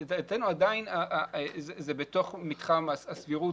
לדעתנו עדיין זה בתוך מתחם הסבירות,